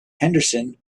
henderson